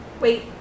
Wait